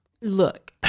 look